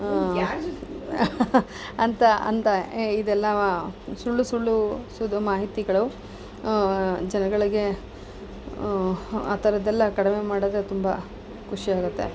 ಅಂತ ಅಂದ ಇದೆಲ್ಲ ಸುಳ್ಳು ಸುಳ್ಳು ಸುದು ಮಾಹಿತಿಗಳು ಜನಗಳಿಗೆ ಆ ಥರದ್ದೆಲ್ಲ ಕಡಿಮೆ ಮಾಡಿದ್ರೆ ತುಂಬ ಖುಷಿಯಾಗುತ್ತೆ